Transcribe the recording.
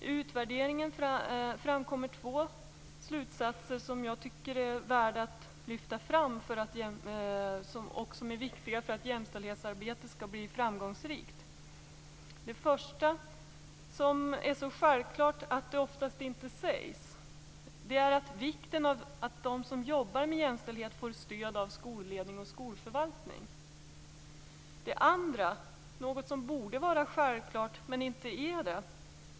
I utvärderingen framkommer två slutsatser som jag tycker är värda att lyfta fram och som är viktiga för att jämställdhetsarbetet skall bli framgångsrikt. Det första är så självklart att det ofta inte sägs. Det är vikten av att de som jobbar med jämställdhet får stöd av skolledning och skolförvaltning. Det andra är något som borde vara självklart men inte är det.